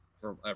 forever